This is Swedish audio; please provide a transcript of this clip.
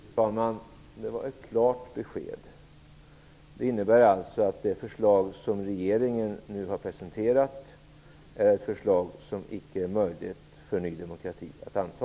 Fru talman! Det var ett klart besked. Det innebär alltså att det förslag som regeringen nu har presenterat är ett förslag som icke är möjligt för Ny demokrati att anta.